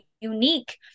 unique